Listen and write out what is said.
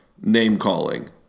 name-calling